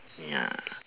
ya